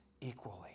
equally